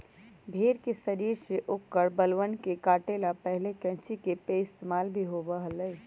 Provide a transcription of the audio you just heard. भेड़ के शरीर से औकर बलवन के काटे ला पहले कैंची के पइस्तेमाल ही होबा हलय